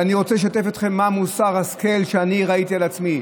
ואני רוצה לשתף אתכם מה מוסר ההשכל שאני ראיתי לעצמי.